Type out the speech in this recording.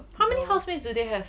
how many housemates do they have